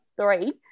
three